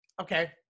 okay